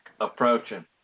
Approaching